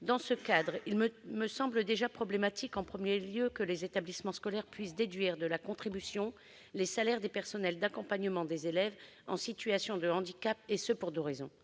Dans ce cadre, il me semble déjà problématique que les établissements scolaires puissent déduire de leur contribution les salaires des personnels d'accompagnement des élèves en situation de handicap, pour deux raisons.